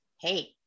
hey